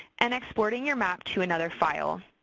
and exporting your map to another file,